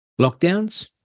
lockdowns